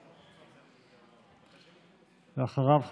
ואחריו,